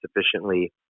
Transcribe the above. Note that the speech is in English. sufficiently